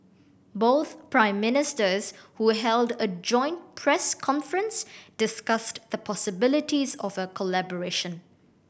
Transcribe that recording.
both Prime Ministers who held a joint press conference discussed the possibilities of a collaboration